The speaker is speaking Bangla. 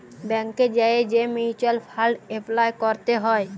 ব্যাংকে যাঁয়ে যে মিউচ্যুয়াল ফাল্ড এপলাই ক্যরতে হ্যয়